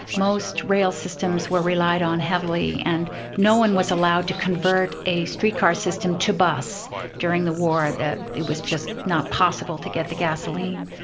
most rail systems were relied on heavily, and no-one was allowed to convert a streetcar system to bus during the war it was just not possible to get the gasoline.